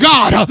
God